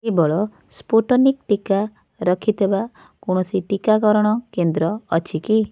କେବଳ ସ୍ପୁଟନିକ୍ ଟିକା ରଖିଥିବା କୌଣସି ଟିକାକରଣ କେନ୍ଦ୍ର ଅଛି କି